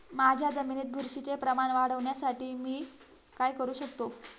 माझ्या जमिनीत बुरशीचे प्रमाण वाढवण्यासाठी मी काय करू शकतो?